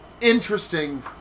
Interesting